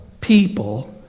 people